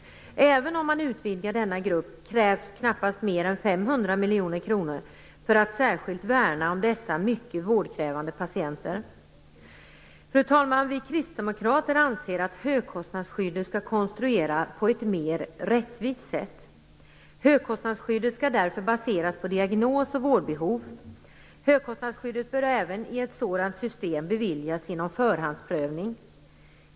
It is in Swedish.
Även om man utvidgar denna grupp krävs knappast mer än 500 miljoner kronor för att särskilt värna om dessa mycket vårdkrävande patienter. Fru talman! Vi kristdemokrater anser att högkostnadsskyddet skall konstrueras på ett mer rättvist sätt. Högkostnadsskyddet skall därför baseras på diagnosoch vårdbehov. Högkostnadsskyddet bör även i ett sådant system beviljas genom förhandsprövning.